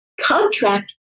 contract